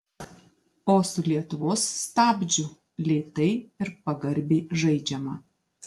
o su lietuvos stabdžiu lėtai ir pagarbiai žaidžiama